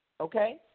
okay